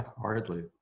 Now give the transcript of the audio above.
Hardly